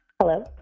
Hello